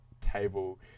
table